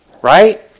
Right